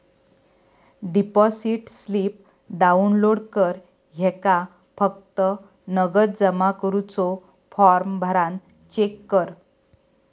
deposit slip download कर ह्येका फक्त नगद जमा करुचो फॉर्म भरान चेक कर